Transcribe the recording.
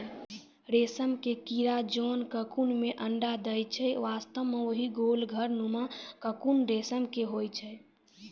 रेशम के कीड़ा जोन ककून मॅ अंडा दै छै वास्तव म वही गोल घर नुमा ककून रेशम के होय छै